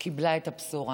קיבלה את הבשורה.